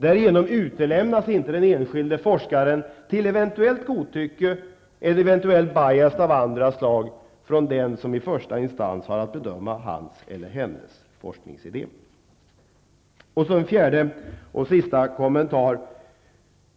Därigenom utelämnas inte den enskilde forskaren till eventuellt godtycke eller eventuell bias av andra slag från den som i första instans har att bedöma hans eller hennes forskningsidé. Sedan en fjärde och sista kommentar.